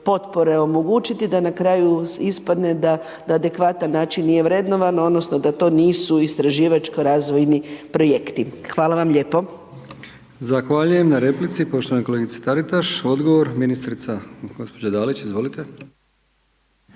potpore omogućiti da na kraju ispadne da na adekvatan način nije vrednovano odnosno da to nisu istraživačko-razvojni projekti. Hvala vam lijepo.